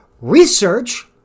research